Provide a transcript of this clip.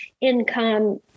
income